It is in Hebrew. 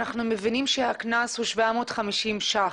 אנחנו מבינים שהקנס הוא 750 ₪.